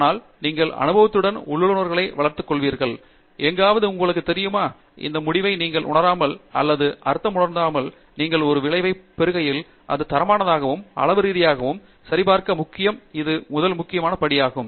ஆனால் நீங்கள் அனுபவத்துடன் உள்ளுணர்வுகளை வளர்த்துக்கொள்வீர்கள் எங்காவது உங்களுக்குத் தெரியுமா இந்த முடிவை நீங்கள் உணராமல் அல்லது அர்த்தத்தை உணராதிருந்தால் நீங்கள் ஒரு விளைவைப் பெறுகையில் அது தரமானதாகவும் அளவு ரீதியாகவும் சரிபார்க்க முக்கியம் இது முதல் முக்கியமான படி ஆகும்